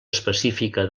específica